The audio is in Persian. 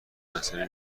مسئله